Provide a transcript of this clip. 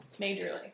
Majorly